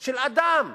של אדם,